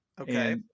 Okay